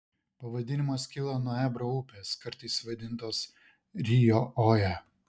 pavadinimas kilo nuo ebro upės kartais vadintos rio oja